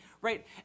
Right